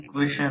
तर 20 15 2 0